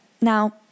Now